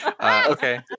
Okay